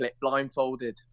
blindfolded